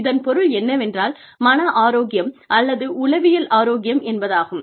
இதன் பொருள் என்னவென்றால் மன ஆரோக்கியம் அல்லது உளவியல் ஆரோக்கியம் என்பதாகும்